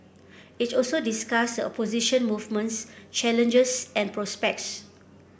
it also discuss opposition movement's challenges and prospects